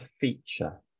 feature